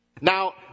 Now